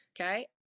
Okay